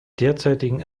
derzeitigen